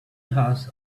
has